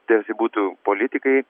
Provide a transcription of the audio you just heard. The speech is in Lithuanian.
tarsi būtų politikai